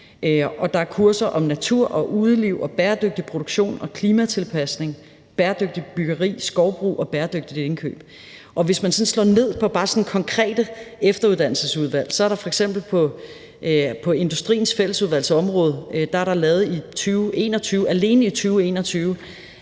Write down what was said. der er kurser om natur, udeliv, bæredygtig produktion, klimatilpasning, bæredygtigt byggeri, skovbrug og bæredygtigt indkøb. Og hvis man bare sådan slår ned på konkrete efteruddannelsesudvalg, er der f.eks på Industriens Fællesudvalgs område alene i 2021